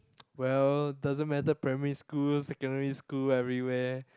well doesn't matter primary school secondary school everywhere